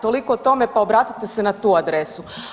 Toliko o tome pa obratite se na tu adresu.